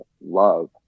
love